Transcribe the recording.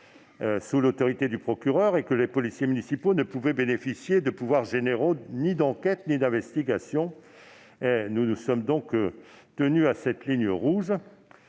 sous l'autorité du procureur et que les policiers municipaux ne pouvaient bénéficier de pouvoirs généraux ni d'enquête ni d'investigation. Nous nous sommes donc tenus à cette ligne rouge.